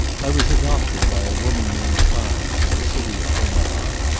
i was adopted by a woman named hines, of the city of omaha,